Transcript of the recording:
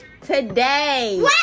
today